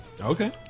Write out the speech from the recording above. Okay